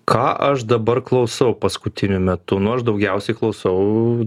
ką aš dabar klausau paskutiniu metu nu aš daugiausiai klausau